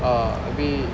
ah abeh